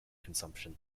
consumption